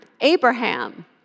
Abraham